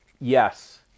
yes